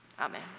Amen